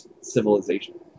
civilization